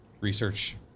research